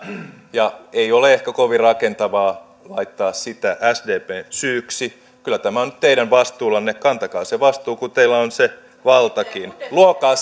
ja ei ole ehkä kovin rakentavaa laittaa sitä sdpn syyksi kyllä tämä on nyt teidän vastuullanne kantakaa se vastuu kun teillä on se valtakin luokaa